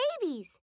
babies